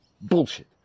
Bullshit